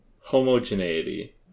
homogeneity